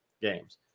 games